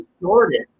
distorted